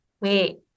wait